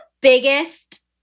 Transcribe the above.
biggest